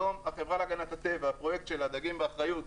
היום החברה להגנת הטבע, הפרויקט של הדגים באחריות,